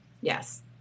Yes